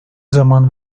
zaman